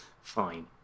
fine